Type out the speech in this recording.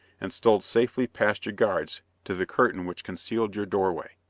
and stole safely past your guards, to the curtain which concealed your doorway.